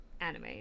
anime